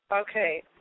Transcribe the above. Okay